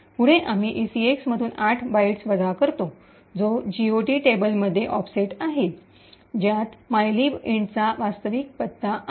पुढे आम्ही ईसीएक्स मधून 8 बाइट्स वजा करतो जी जीओटी टेबलमध्ये ऑफसेट आहे ज्यात मायलिब इंटचा वास्तविक पत्ता आहे